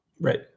Right